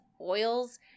oils